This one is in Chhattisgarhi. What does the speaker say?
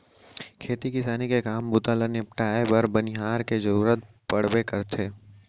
खेती किसानी के काम बूता ल निपटाए बर बनिहार के जरूरत पड़बे करथे